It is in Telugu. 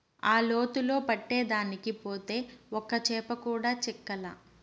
ఆ లోతులో పట్టేదానికి పోతే ఒక్క చేప కూడా చిక్కలా